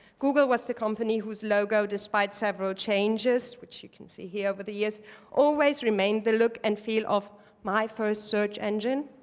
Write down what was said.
google was the company whose logo despite several changes, which you can see here over the years always remained the look and feel of my first search engine.